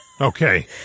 Okay